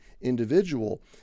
individual